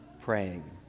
praying